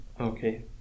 Okay